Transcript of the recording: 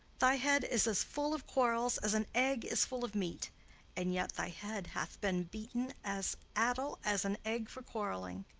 thy head is as full of quarrels as an egg is full of meat and yet thy head hath been beaten as addle as an egg for quarrelling.